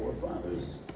forefathers